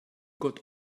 got